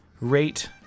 rate